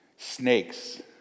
Snakes